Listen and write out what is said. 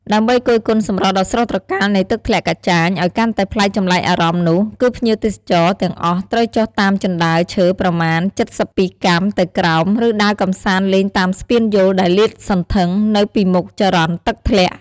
ដើម្បីគយគន់សម្រស់ដ៏ស្រស់ត្រកាលនៃទឹកធ្លាក់កាចាញឱ្យកាន់តែប្លែកចម្លែកអារម្មណ៍នោះគឺភ្ញៀវទេសចរទាំងអស់ត្រូវចុះតាមជណ្តើរឈើប្រមាណចិតសិបពីរកាំទៅក្រោម ឬដើរកំសាន្តលេងតាមស្ពានយោលដែលលាតសន្ធឹងនៅពីមុខចរន្តទឹកធ្លាក់។